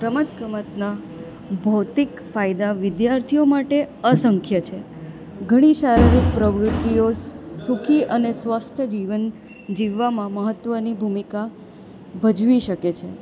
રમત ગમતના ભૌતિક ફાયદા વિદ્યાર્થીઓ માટે અસંખ્ય છે ઘણી શારીરિક પ્રવૃત્તિઓ સુખી અને સ્વસ્થ જીવન જીવવામાં મહત્ત્વની ભૂમિકા ભજવી શકે છે